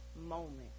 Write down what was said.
moment